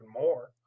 more